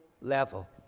level